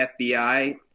FBI